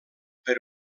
per